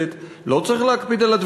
לא צריך להקפיד על סגירת מרפסת,